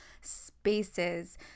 spaces